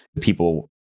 people